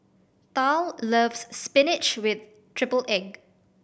Tal loves spinach with triple egg